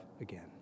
again